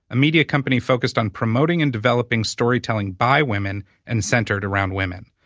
a media company focused on promoting and developing storytelling by women and centered around women.